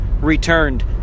returned